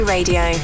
Radio